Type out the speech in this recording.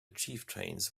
chieftains